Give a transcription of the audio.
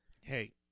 Hey